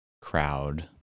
crowd